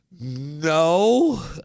no